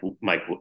Mike